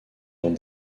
dans